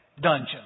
dungeon